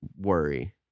worry